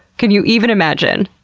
can you even imagine?